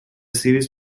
series